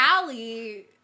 Callie